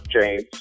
James